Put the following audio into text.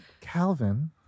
Calvin